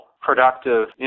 productive